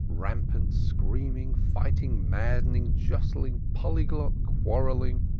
rampant, screaming, fighting, maddening, jostling, polyglot, quarrelling,